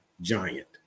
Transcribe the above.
giant